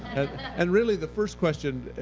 and really, the first question,